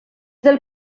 del